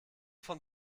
von